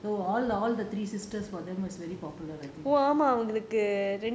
mm so all all the three sisters for them was really popular I think